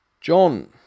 John